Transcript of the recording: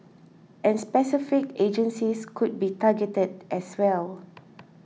and specific agencies could be targeted as well